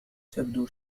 تبدو